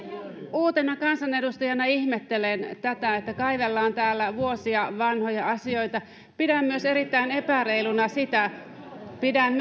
uutena kansanedustajana ihmettelen tätä että kaivellaan täällä vuosia vanhoja asioita pidän myös erittäin epäreiluna sitä pidän